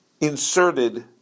inserted